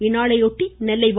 இந்நாளை ஒட்டி நெல்லை வ